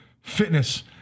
fitness